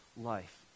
life